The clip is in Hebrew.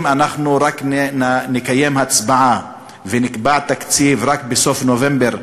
אם נקיים הצבעה ונקבע תקציב רק בסוף נובמבר,